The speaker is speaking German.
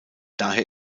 daher